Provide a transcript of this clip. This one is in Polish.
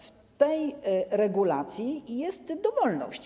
W tej regulacji jest dowolność.